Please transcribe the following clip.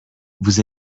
vous